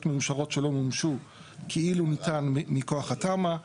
מאושרות שלא מומשו כאילו ניתן מכוח התמ"א.